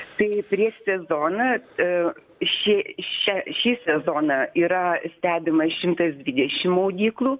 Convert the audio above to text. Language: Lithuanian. tai prieš sezoną i ši šią šį sezoną yra stebima šimtas dvidešim maudyklų